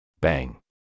Bang